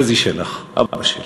חזי שלח, אבא שלי.